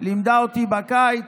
לימדה אותי בקיץ,